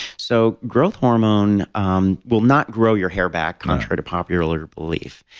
so, growth hormone um will not grow your hair back contrary to popular belief,